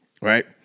Right